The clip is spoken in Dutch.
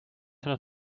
hun